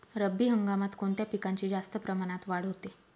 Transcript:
रब्बी हंगामात कोणत्या पिकांची जास्त प्रमाणात वाढ होते?